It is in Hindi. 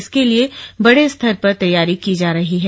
इसके लिए बड़े स्तर पर तैयारी की जा रही है